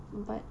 I thought